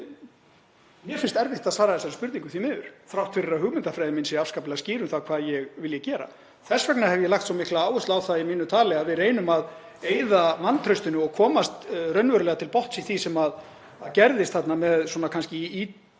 Mér finnst erfitt að svara þessari spurningu, því miður, þrátt fyrir að hugmyndafræðin sé afskaplega skýr um það hvað ég vilji gera. Þess vegna hef ég lagt svo mikla áherslu á það í mínu tali að við reynum að eyða vantraustinu og komast raunverulega til botns í því sem gerðist þarna með ítarlegri og